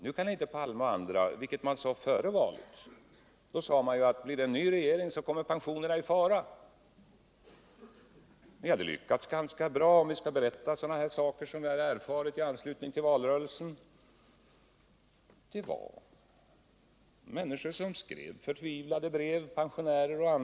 Nu kan inte Olof Palme och andra påstå, som de gjorde före valet, att blir det en ny regering kommer pensionerna i fara. Ni lyckades ganska bra, om jag nu skall berätta erfarenheter från valrörelsen. Pensionärer och andra skrev förtvivlade brev.